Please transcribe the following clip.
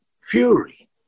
Fury